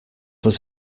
was